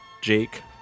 Jake